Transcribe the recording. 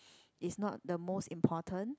is not the most important